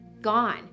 gone